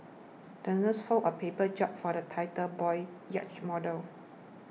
the nurse folded a paper jib for the title boy's yacht model